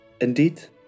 Indeed